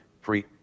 free